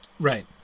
Right